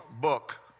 book